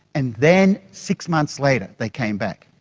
and then six months later they came back.